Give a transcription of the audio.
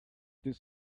the